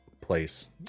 place